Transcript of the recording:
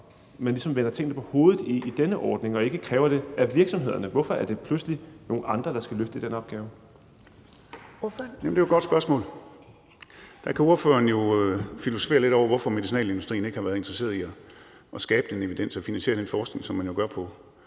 vender tingene på hovedet i denne ordning og ikke kræver det af virksomhederne. Hvorfor er det pludselig nogle andre, der skal løfte den opgave? Kl. 11:11 Første næstformand (Karen Ellemann): Ordføreren. Kl. 11:11 Torsten Gejl (ALT): Jamen det er et godt spørgsmål. Der kan ordføreren jo filosofere lidt over, hvorfor medicinalindustrien ikke har været interesseret i at skabe den evidens og finansiere den forskning, som man jo gør på